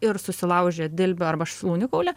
ir susilaužė dilbį arba šlaunikaulį